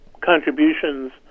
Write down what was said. contributions